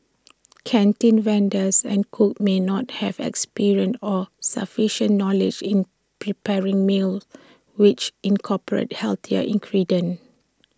canteen vendors and cooks may not have experience or sufficient knowledge in preparing meals which incorporate healthier ingredients